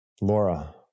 laura